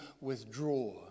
withdraw